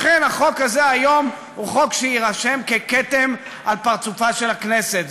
לכן החוק הזה היום הוא חוק שיירשם ככתם על פרצופה של הכנסת.